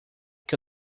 que